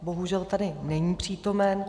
Bohužel tady není přítomen.